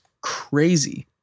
crazy